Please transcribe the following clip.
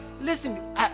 listen